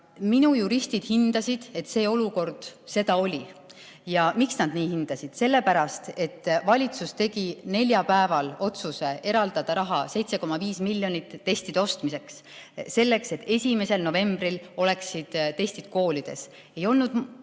Minu juristid hindasid, et see olukord selline oli. Ja miks nad nii hindasid? Sellepärast, et valitsus tegi neljapäeval otsuse eraldada 7,5 miljonit testide ostmiseks. Selleks, et 1. novembril oleksid testid koolides, ei olnud